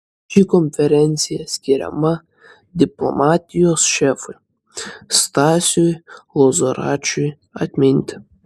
ši konferencija skiriama diplomatijos šefui stasiui lozoraičiui atminti